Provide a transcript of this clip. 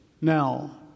now